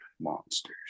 monsters